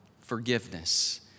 forgiveness